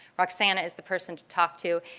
roxana is the person to talk to.